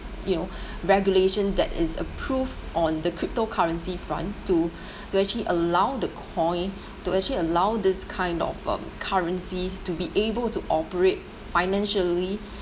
you know regulation that is approved on the cryptocurrency front to to actually allow the coin to actually allow this kind of uh currencies to be able to operate financially